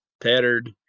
tattered